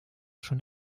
schon